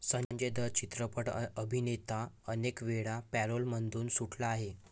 संजय दत्त चित्रपट अभिनेता अनेकवेळा पॅरोलमधून सुटला आहे